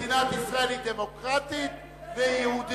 מדינת ישראל היא דמוקרטית ויהודית.